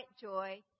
joy